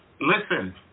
listen